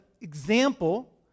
example